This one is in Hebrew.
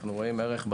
אנו רואים בכך ערך,